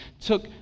took